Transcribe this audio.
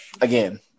again